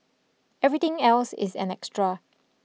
everything else is an extra